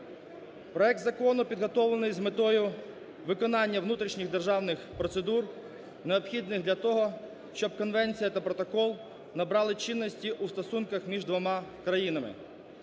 Проект закону підготовлений з метою виконання внутрішніх державних процедур, необхідних для того, щоб конвенція та протокол набрали чинності у стосунках між двома країнами.